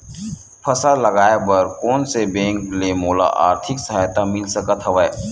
फसल लगाये बर कोन से बैंक ले मोला आर्थिक सहायता मिल सकत हवय?